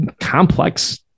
complex